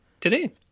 today